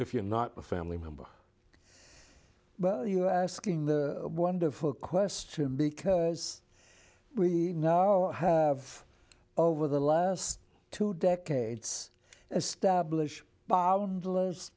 if you're not a family member but you're asking the wonderful question because we now have over the last two decades establish bo